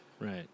right